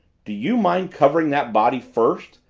do you mind covering that body first?